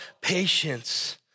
patience